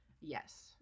Yes